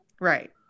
Right